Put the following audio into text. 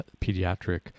pediatric